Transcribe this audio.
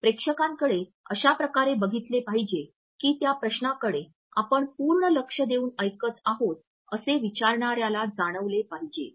प्रेक्षकांकडे अशा प्रकारे बघितले पाहिजे की त्या प्रश्नाकडे आपण पूर्ण लक्ष देऊन ऐकत आहोत असे विचारणाऱ्याला जाणवले पाहिजे